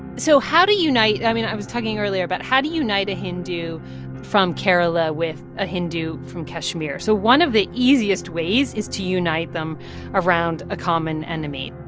so how to unite i mean, i was talking earlier about how to unite a hindu from kerala with a hindu from kashmir. so one of the easiest ways is to unite them around a common enemy.